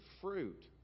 fruit